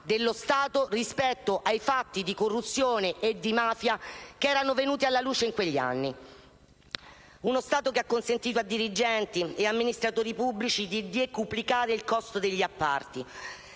dello Stato rispetto ai fatti di corruzione e di mafia che erano venuti alla luce in quegli anni. È stato uno Stato che ha consentito a dirigenti e amministratori pubblici di decuplicare il costo degli appalti,